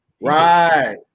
right